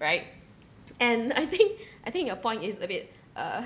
right and I think I think your point is a bit uh